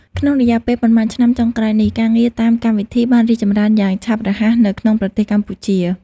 ក្នុងរយៈពេលប៉ុន្មានឆ្នាំចុងក្រោយនេះ ការងារតាមកម្មវិធីបានរីកចម្រើនយ៉ាងឆាប់រហ័សនៅក្នុងប្រទេសកម្ពុជា។